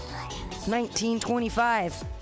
1925